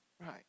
Right